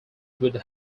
would